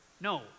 No